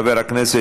אם כך,